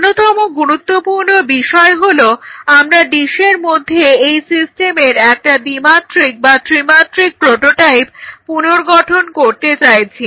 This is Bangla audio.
অন্যতম গুরুত্বপূর্ণ বিষয় হলো আমরা ডিসের মধ্যে এই সিস্টেমের একটা দ্বিমাত্রিক বা ত্রিমাত্রিক প্রোটোটাইপ পুনর্গঠন করতে চাইছি